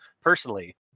personally